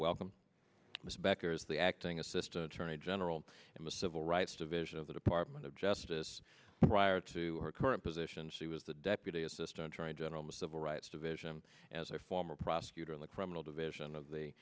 welcome back the acting assistant attorney general in the civil rights division of the department of justice prior to her current position she was the deputy assistant attorney general the civil rights division as a former prosecutor in the criminal division of the